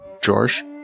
George